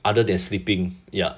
other than sleeping ya